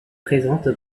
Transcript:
présente